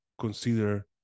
consider